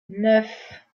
neuf